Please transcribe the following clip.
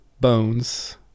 bones